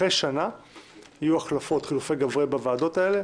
אחרי שנה יהיו החלפות, חילופי גברי בוועדות האלה.